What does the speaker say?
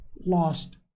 lost